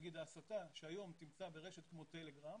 ההסתה שתמצא היום ברשת כמו טלגרם,